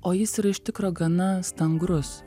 o jis iš tikro gana stangrus